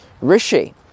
Rishi